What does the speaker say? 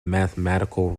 mathematical